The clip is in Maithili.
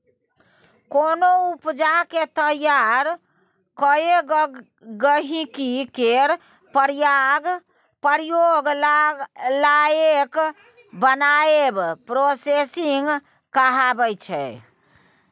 कोनो उपजा केँ तैयार कए गहिंकी केर प्रयोग लाएक बनाएब प्रोसेसिंग कहाबै छै